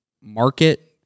market